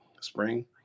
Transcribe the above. spring